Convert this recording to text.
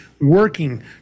working